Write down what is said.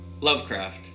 Lovecraft